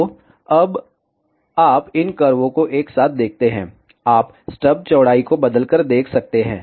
तो अब आप इन कर्वों को एक साथ देखते हैं आप स्टब चौड़ाई को बदलकर देख सकते हैं